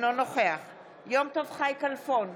אינו נוכח יום טוב חי כלפון,